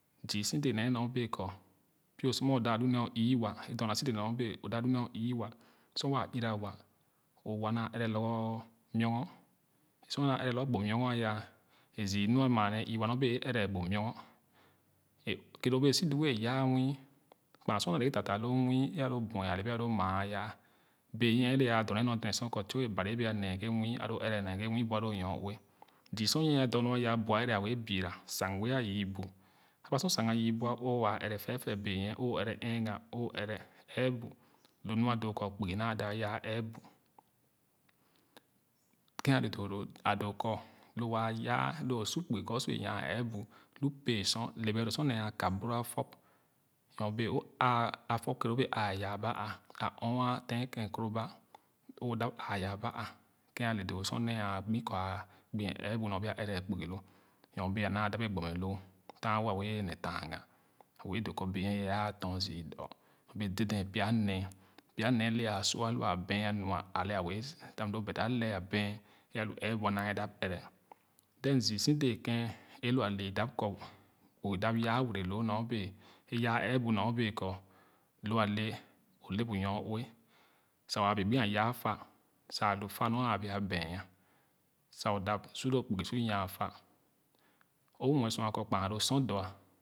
Zü si dee nyo bee kɔ pio sor ema o daa lu nee o ii wa dorna si dee o dea lu nee oü wa chorna si dee o daa lu nee o ü wa sor waa ü ra wa o wa. o wa naa ɛrɛ lorgor gbo muzgon aya e zü nu a maa ne ü wa nyo bee e ɛrɛ gbo muzgon e kere o wɛɛ yaa muii kpaa sor a naa le ghe taataa lo nwii a lo buɛ ale alo maa aya benyie e le a dɔ nee nor deden sor kɔ twue bani e bee leghe muii alo o ɛrɛghe nwii bu alo nyoue zü sor nyine dɔ nor aya buɛ ɛrɛ a wɛɛ bora sang wɛɛ a yoo bu aba sang a yü bu o waa ɛrɛ ɛɛga o ɛrɛ ɛɛbu lo nɔ a doo kɔ kpugi naa daa yaa ɛɛbu ken ale doo no a doo kɔ lo waa lo o su kpugi kɔ o sua yaa ɛɛbu lu pee sor le bɛga doo sor nee a kap boro a fɔp nyo bee o aa afɔp kere o bee ãã yaa ba ah a ɔɔnyan a ten ken koroba o dap ãã yaa ba ah ken ale doo sor nee a gbu kɔ a ɛɛbu nyo bee a ɛrɛ kpugi lo nyo bee a naa dap ye gbommɛ loo taa wo a wɛɛ mɛ tanga a wɛɛ doo kɔ benyie ye ãã tɔn zii dɔ nyo bee deden pya nee pya nee e le a sua alua bɛɛn nua alɛ wɛɛ sia fam but alɛ a bɛɛn e alu ɛɛbu nyo bee kɔ lo ale o le bu nyoue sa wa wɛɛ gbi a yaa fa sa alu fa nor a bee a bɛɛn sa o dap su lo kpugi sor yaa fa o muɛ sua kɔ kpaa lo sr dɔ̣.̣